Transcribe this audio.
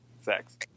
sex